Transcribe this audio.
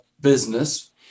business